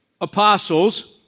apostles